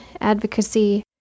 advocacy